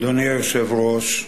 אדוני היושב-ראש,